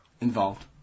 Involved